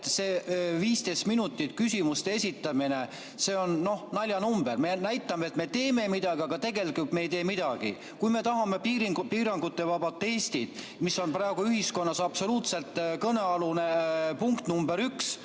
et see 15 minutit küsimuste esitamiseks on naljanumber. Me näitame, et me teeme midagi, aga tegelikult me ei tee midagi. Kui me tahame piirangutevaba Eestit, mis on praegu ühiskonnas absoluutselt kõnealune punkt number